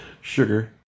sugar